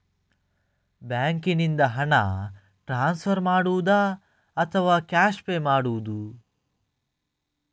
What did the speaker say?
ಬ್ಯಾಂಕಿನಿಂದ ಹಣ ಟ್ರಾನ್ಸ್ಫರ್ ಮಾಡುವುದ ಅಥವಾ ಕ್ಯಾಶ್ ಪೇ ಮಾಡುವುದು?